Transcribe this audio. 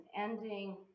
ending